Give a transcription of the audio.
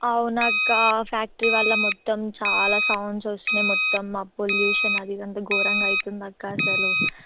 అవునక్కా ఫ్యాక్టరీ వల్ల మొత్తం చాలా సౌండ్స్ వస్తున్నాయి మొత్తం మా పొల్యూషన్ అది ఇదంతా ఘోరంగా అవుతోంది అక్క అసలు